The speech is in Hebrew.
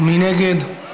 מי נגד?